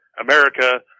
America